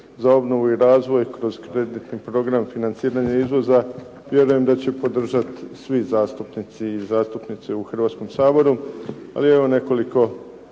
za obnovu i razvoj kroz kreditni program financiranja izvoza vjerujem da će podržati svi zastupnici i zastupnice u Hrvatskom saboru. Ali evo nekoliko